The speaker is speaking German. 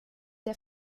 der